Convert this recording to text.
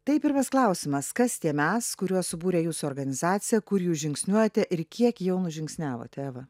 tai pirmas klausimas kas tie mes kuriuos subūrė jūsų organizacija kur jūs žingsniuojate ir kiek jau nužingsniavote eva